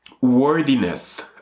worthiness